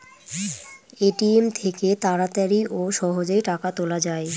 ATM থেকে তাড়াতাড়ি ও সহজেই টাকা তোলা যায়